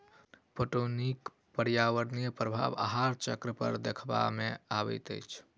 पटौनीक पर्यावरणीय प्रभाव आहार चक्र पर देखबा मे अबैत अछि